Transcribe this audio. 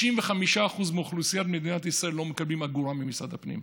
65% מאוכלוסיית מדינת ישראל לא מקבלים אגורה ממשרד הפנים.